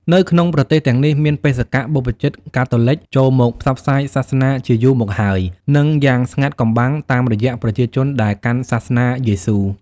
នៅក្នុង ប្រទេសទាំងនេះមានបេសកបព្វជិតកាតូលិចចូលមកផ្សព្វ ផ្សាយសាសនាជាយូរមកហើយ និងយ៉ាងស្ងាត់កំបាំងតាម រយៈប្រជាជនដែលកាន់សាសនាយេស៊ូ។